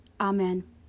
Amen